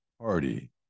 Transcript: party